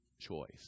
choice